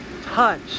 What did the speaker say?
touch